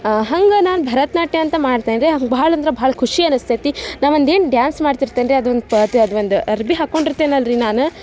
ಹಂಗೆ ನಾನು ಭರತನಾಟ್ಯ ಅಂತ ಮಾಡ್ತೇನೆ ರಿ ಬಹಳ ಅಂದ್ರೆ ಭಾಳ ಖುಷಿ ಅನಿಸ್ತೈತಿ ನಾ ಒಂದು ಏನು ಡ್ಯಾನ್ಸ್ ಮಾಡ್ತಿರ್ತೇನೆ ರಿ ಅದೊಂದು ಅದೊಂದು ಅರ್ವಿ ಹಾಕ್ಕೊಂಡಿರ್ತೇನಲ್ಲ ರಿ ನಾನು